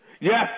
Yes